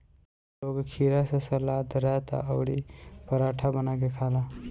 लोग खीरा से सलाद, रायता अउरी पराठा बना के खाला